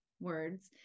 words